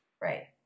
Right